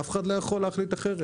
אף אחד לא יכול להחליט אחרת.